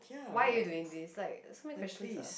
why are you doing this like so many questions asked